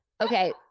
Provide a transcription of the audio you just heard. Okay